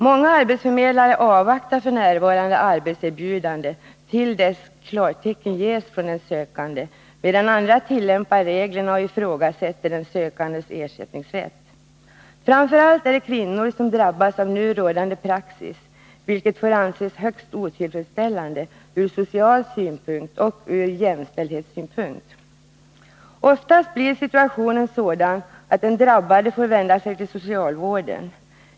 Många arbetsförmedlare avvaktar f. n. med arbetserbjudanden till dess klartecken ges från den sökande, medan andra tillämpar reglerna och ifrågasätter den sökandes ersättningsrätt. Framför allt är det kvinnor som drabbas av nu rådande praxis, vilket får anses högst otillfredsställande ur social synpunkt och ur jämställdhetssynpunkt. Oftast är situationen den att den drabbade får vända sig till socialvården.